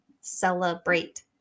Celebrate